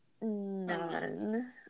None